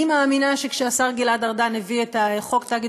אני מאמינה שכשהשר גלעד ארדן הביא את חוק תאגיד